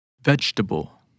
vegetable